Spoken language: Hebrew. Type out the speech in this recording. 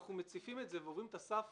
כשאנחנו מציפים את זה, ועוברים את הסף